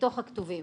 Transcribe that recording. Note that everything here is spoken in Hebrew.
מתוך הכתובים